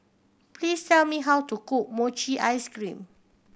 please tell me how to cook mochi ice cream